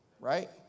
right